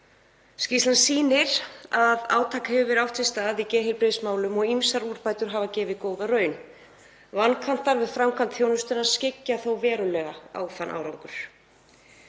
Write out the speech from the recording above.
Skýrslan sýnir að átak hefur átt sér stað í geðheilbrigðismálum og ýmsar úrbætur hafa gefið góða raun. Vankantar við framkvæmd þjónustunnar skyggja verulega á þann árangur.